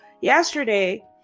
yesterday